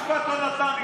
בית המשפט לא נתן לי,